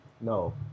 No